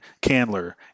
Candler